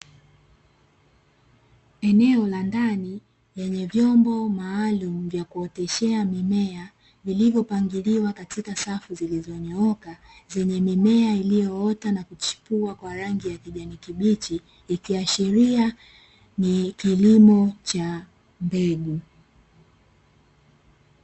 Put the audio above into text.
Eneo la ndani lenye vyombo maalumu vya kuoteshea mimea vilivyo pangiliwa katika safu zilizonyooka, zenye mimea iliyoota na kuchipua kwa rangi ya kijani kibichi ikihashiria ni kilimo cha mbegu.